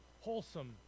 wholesome